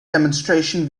demonstration